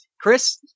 Chris